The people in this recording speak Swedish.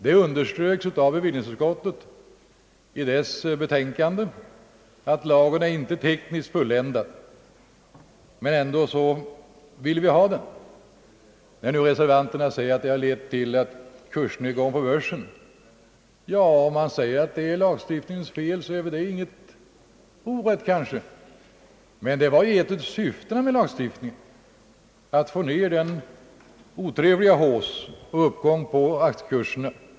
Det underströks av bevillningsutskottet i dess betänkande i detta ärende att lagen inte är tekniskt fulländad som den är, men vi ville ändå ha den utformad på detta sätt. Reservanterna framhåller nu att denna lagstiftning lett till kursnedgång på börsen. Det är kanske inte oriktigt att påstå att detta beror på den införda lagstiftningen, men man kan i detta sammanhang också fråga vad lagstiftningen egentligen syftade till. Avsikten med dess införande var nämligen just att få ett slut på den otrevliga haussen på aktiekurserna.